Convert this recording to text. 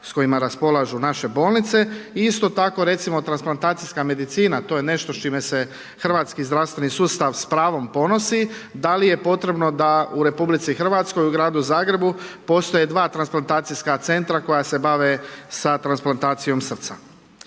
s kojima raspolažu naše bolnice. I isto tako, recimo transplantacijska medicina to je nešto s čime se hrvatski zdravstveni sustav s pravom ponosi. Da li je potrebno da u Republici Hrvatskoj u gradu Zagrebu postoje dva transplantacijska centra koja se bave sa transplantacijom srca.